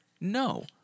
No